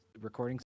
recording